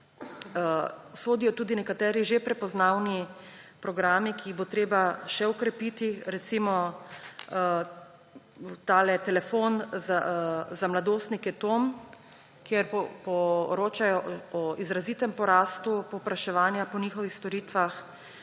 sodijo tudi nekateri že prepoznavni programi, ki jih bo treba še okrepiti, recimo, ta telefon za mladostnike TOM, kjer poročajo o izrazitem porastu povpraševanja po njihovih storitvah.